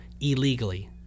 illegally